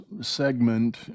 segment